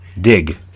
Dig